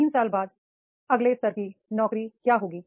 3 साल बाद अगले स्तर की नौकरी क्या होगी